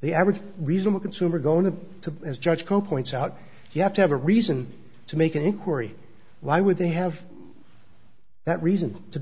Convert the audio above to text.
the average reasonable consumer going to as judge poe points out you have to have a reason to make an inquiry why would they have that reason to